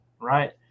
right